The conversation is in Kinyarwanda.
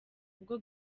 bwo